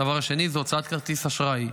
דבר שני זה הוצאות כרטיס אשראי.